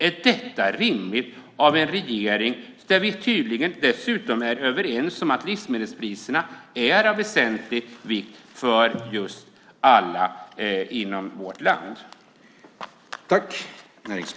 Är detta rimligt när vi tydligen är överens om att livsmedelspriserna är av väsentlig vikt för alla i vårt land?